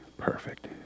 perfect